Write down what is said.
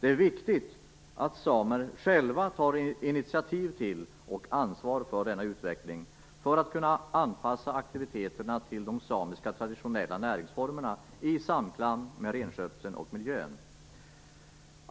Det är viktigt att samer själva tar initiativ till och ansvar för denna utveckling för att kunna anpassa aktiviteterna till de samiska traditionella näringsformerna i samklang med renskötseln och miljön.